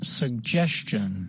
suggestion